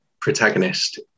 protagonist